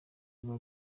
ruba